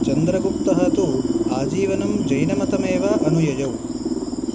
चन्द्रगुप्तः तु आजीवनं जैनमतममेव अनुययौ